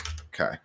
Okay